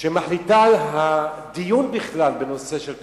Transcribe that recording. כשהיא מחליטה על הדיון, בכלל, בנושא של תוכניות,